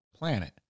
Planet